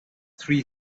three